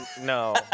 no